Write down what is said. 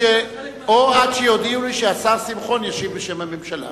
עד שיודיעו לי שהשר שמחון ישיב בשם הממשלה.